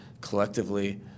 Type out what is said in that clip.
collectively